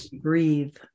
breathe